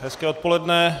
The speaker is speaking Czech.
Hezké odpoledne.